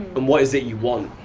um what is it you want,